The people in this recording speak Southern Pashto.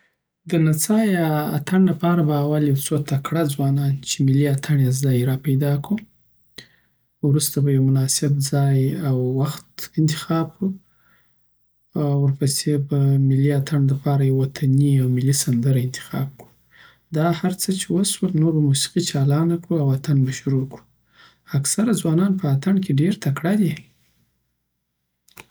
دنڅا یا اتڼ لپاره به اول یو څو تکړه ځوانان چی ملی اټن یی زده وی را پیدا کړو وروسته به یو مناسب ځای او وخت انتخاب کړو ورپسی به د ملی اتڼ دپاره یوه وطنی او ملی سندره انتخاب کړو داهر څه چی وسول نور به موسقی چالانه کړو او اتڼ به شروع کړو اکثره ځوانان په اتڼ کی ډير تکړه دی